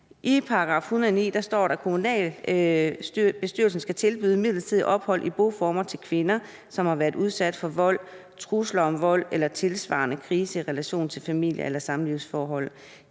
I § 109 står der: »Kommunalbestyrelsen skal tilbyde midlertidigt ophold i boformer til kvinder, som har været udsat for vold, trusler om vold eller tilsvarende krise i relation til familie- eller samlivsforhold.